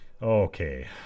Okay